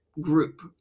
group